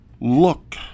look